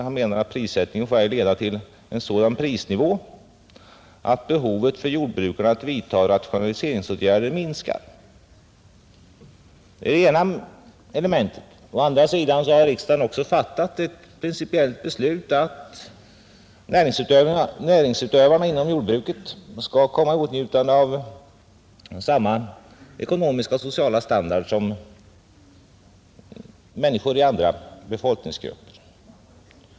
Han anförde, att prissättningen ej får leda till en sådan prisnivå att behovet för jordbrukarna att vidta rationaliseringsåtgärder minskar, — Det är det ena elementet. Å andra sidan har riksdagen också fattat ett principiellt beslut att näringsutövarna inom jordbruket skall komma i åtnjutande av samma ekonomiska och sociala standard som människor i andra befolkningsgrupper.